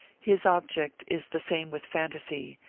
his object is the same with phantasy,